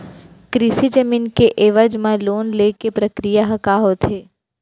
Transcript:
कृषि जमीन के एवज म लोन ले के प्रक्रिया ह का होथे?